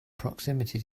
proximity